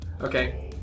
Okay